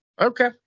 Okay